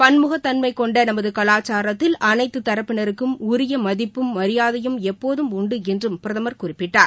பன்முகத்தன்மை கொண்ட நமது கலாச்சாரத்தில் அளைத்து தரப்பினருக்கும் உரிய மதிப்பும் மரியாதையும் எப்போதும் உண்டு என்றும் பிரதமர் குறிப்பிட்டார்